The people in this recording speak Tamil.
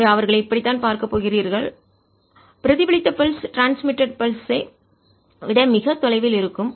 எனவே அவர்களைப் பார்க்கப் இப்படித்தான் இருக்க போகிறார்கள் பிரதிபலித்த பல்ஸ் துடிப்பு ட்ரான்ஸ்மிட்டடு கடத்தப்பட்டது பல்ஸ் துடிப்பு ஐ விட மிக தொலைவில் இருக்கும்